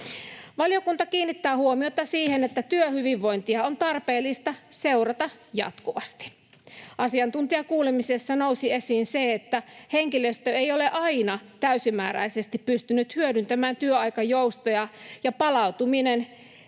Valiokunta kiinnittää huomiota siihen, että työhyvinvointia on tarpeellista seurata jatkuvasti. Asiantuntijakuulemisessa nousi esiin se, että henkilöstö ei ole aina täysimääräisesti pystynyt hyödyntämään työaikajoustoja ja palautuminen